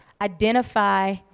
identify